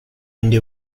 indie